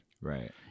right